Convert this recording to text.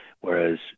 Whereas